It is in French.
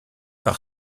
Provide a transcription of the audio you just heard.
par